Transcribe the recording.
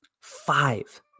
five